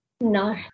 No